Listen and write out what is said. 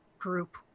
group